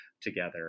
together